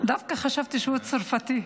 --- דווקא חשבתי שהוא צרפתי.